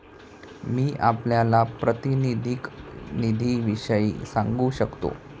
मी आपल्याला प्रातिनिधिक निधीविषयी सांगू शकतो